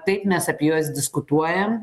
taip mes apie juos diskutuojam